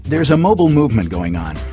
there's a mobile movement going on.